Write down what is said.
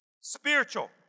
Spiritual